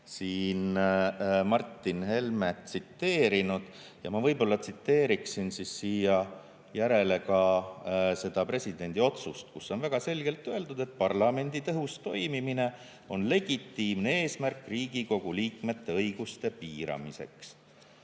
siin Martin Helmet tsiteerinud. Ma tsiteeriksin siia järele ka seda presidendi otsust, kus on väga selgelt öeldud, et parlamendi tõhus toimimine on legitiimne eesmärk Riigikogu liikmete õiguste piiramiseks.